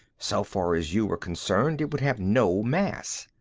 so far as you were concerned it would have no mass.